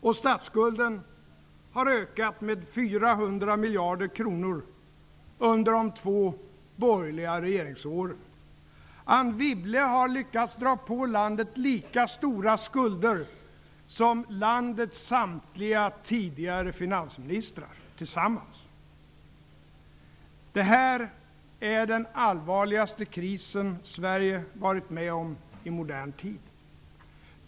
Och statsskulden har ökat med 400 miljarder kronor under de två borgerliga regeringsåren. Anne Wibble har lyckats dra på landet lika stora skulder som landets samtliga tidigare finansministrar tillsammans. Det här är den allvarligaste krisen Sverige varit med om i modern tid.